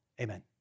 Amen